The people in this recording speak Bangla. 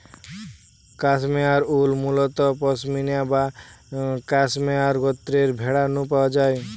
ক্যাশমেয়ার উল মুলত পসমিনা বা ক্যাশমেয়ার গোত্রর ভেড়া নু পাওয়া যায়